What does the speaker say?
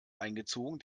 eingezogen